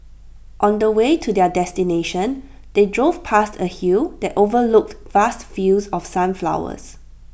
on the way to their destination they drove past A hill that overlooked vast fields of sunflowers